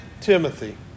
Timothy